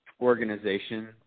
organization